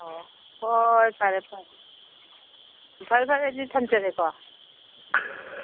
ꯑꯣ ꯍꯣꯏ ꯍꯣꯏ ꯍꯣꯏ ꯐꯔꯦ ꯐꯔꯦ ꯐꯔꯦ ꯐꯔꯦ ꯑꯗꯨꯗꯤ ꯊꯝꯖꯔꯦꯀꯣ ꯎꯝ